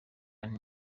nti